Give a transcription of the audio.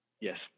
Yes